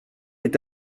est